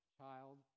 child